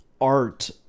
art